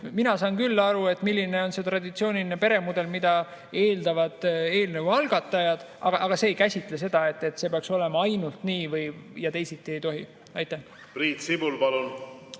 mina saan küll aru, milline on see traditsiooniline peremudel, mida eeldavad eelnõu algatajad, aga eelnõu ei käsitle seda, et see peaks olema ainult nii ja teisiti ei tohi. Priit